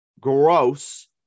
gross